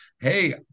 hey